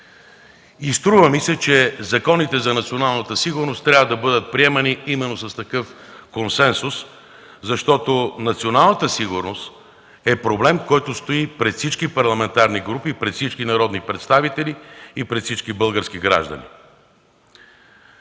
Струва ми се, че законите за националната сигурност трябва да бъдат приемани именно с такъв консенсус, защото националната сигурност е проблем, който стои пред всички парламентарни групи, пред всички народни представители и пред всички български граждани.